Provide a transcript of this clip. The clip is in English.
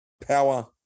power